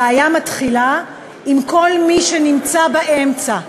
הבעיה מתחילה עם כל מי שנמצא באמצע: